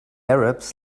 arabs